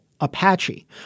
Apache